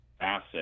asset